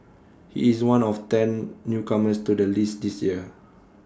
he is one of ten newcomers to the list this year